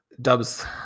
Dubs